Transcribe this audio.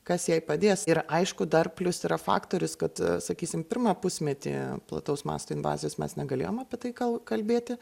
kas jai padės ir aišku dar plius yra faktorius kad sakysim pirmą pusmetį plataus masto invazijos mes negalėjom apie tai kal kalbėti